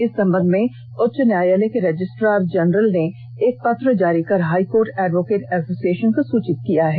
इस संबंध में उच्च न्यायालय के रजिस्टार जनरल ने एक पत्र जारी कर हाईकोर्ट एडवोकेट एसोसिएषन को सूचित कर दिया है